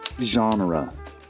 genre